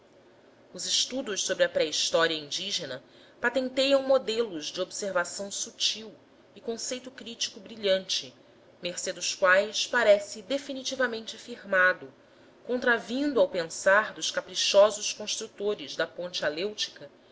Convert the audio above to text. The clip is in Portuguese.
os estudos sobre a pré história indígena patenteiam modelos de observação sutil e conceito crítico brilhante mercê dos quais parece definitivamente firmado contravindo ao pensar dos caprichosos construtores da ponte alêutica